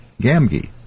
Gamgee